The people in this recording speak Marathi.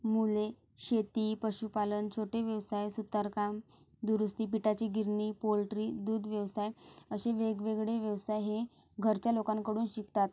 मुले शेती पशुपालन छोटे व्यवसाय सुतारकाम दुरुस्ती पिठाची गिरणी पोल्ट्री दूध व्यवसाय असे वेगवेगळे व्यवसाय हे घरच्या लोकांकडून शिकतात